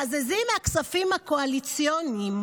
אילת מהחות'ים התימנים.